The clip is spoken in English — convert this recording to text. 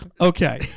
Okay